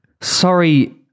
Sorry